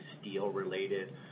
steel-related